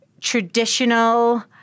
traditional